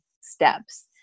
steps